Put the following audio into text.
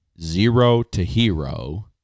zero-to-hero